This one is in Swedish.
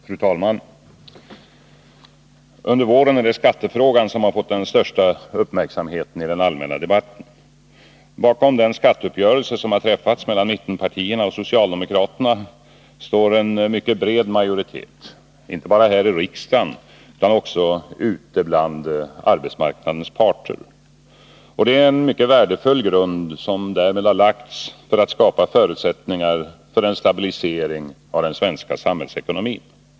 Fru talman! Under våren är det skattefrågan som fått den största uppmärksamheten i den allmänna debatten. Bakom den skatteuppgörelse som har träffats mellan mittenpartierna och socialdemokraterna står en mycket bred majoritet, inte bara här i riksdagen utan också ute bland arbetsmarknadens parter. Det är en mycket värdefull grund som därmed har lagts för att skapa förutsättningar för en stabilisering av den svenska samhällsekonomin.